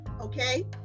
Okay